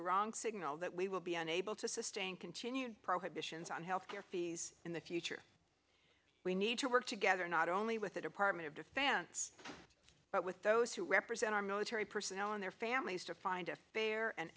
wrong signal that we will be unable to sustain continued prohibitions on health care fees in the future we need to work together not only with the department of defense but with those who represent our military personnel and their families to find a fair an